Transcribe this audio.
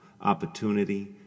opportunity